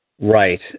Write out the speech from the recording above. Right